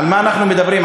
על מה אנחנו מדברים?